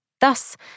Thus